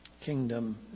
kingdom